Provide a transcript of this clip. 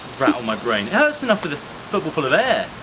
rattle my brain, hurts enough with a football full of air.